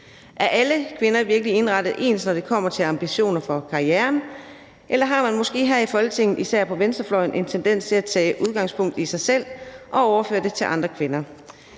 Er alle kvinder virkelig indrettet ens, når det kommer til ambitioner for karrieren, eller har man måske her i Folketinget, især på venstrefløjen, en tendens til at tage udgangspunkt i sig selv og overføre det til andre kvinder?